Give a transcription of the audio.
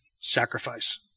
sacrifice